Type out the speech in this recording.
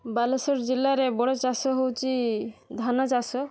ବାଲେଶ୍ୱର ଜିଲ୍ଲାରେ ବଡ଼ ଚାଷ ହଉଛି ଧାନଚାଷ